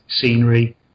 scenery